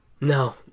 No